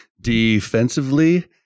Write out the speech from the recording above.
defensively